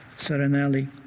Serenelli